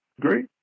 Great